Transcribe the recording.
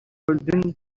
көлдүн